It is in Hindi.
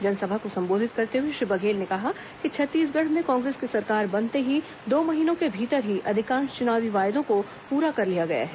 जनसभा को संबोधित करते हुए श्री बघेल ने कहा कि छत्तीसगढ़ में कांग्रेस की सरकार बनते ही दो महीनों के भीतर ही अधिकांश चुनावी वायदों को पूरा कर लिया गया है